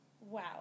wow